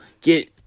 get